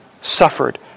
suffered